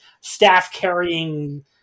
staff-carrying